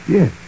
Yes